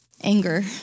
Anger